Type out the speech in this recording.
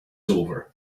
over